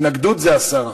התנגדות זה הסרה.